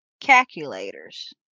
calculators